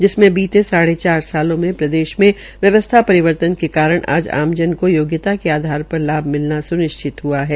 जिसमें बीत साढे चार वर्षो में प्रदेश में व्यवस्था परिवर्तन के कारण आज आमजन को योगयता के आधार पर लाभ मिलना सूनिश्चित हुआ है